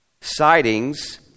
Sightings